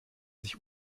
sich